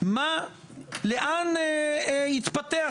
לא ראיתי אתכם